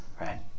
right